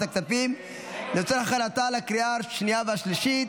הכספים לצורך הכנתה לקריאה השנייה והשלישית.